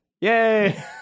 yay